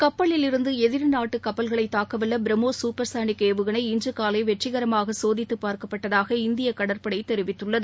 கப்பலிலிருந்து எதிரி நாட்டு கப்பல்களை தாக்கவல்ல பிரமோஸ் சூப்பர் சானிக் ஏவுகணை இன்று காலை வெற்றிகரமாக சோதித்துப் பார்க்கப்பட்டதாக இந்திய கடற்படை தெரிவித்துள்ளது